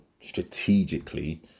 strategically